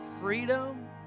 freedom